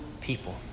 people